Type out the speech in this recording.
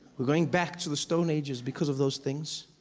we are going back to the stone ages because of those things.